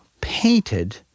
painted